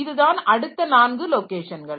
இதுதான் அடுத்த நான்கு லொகேஷன்கள்